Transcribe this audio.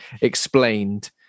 explained